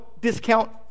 discount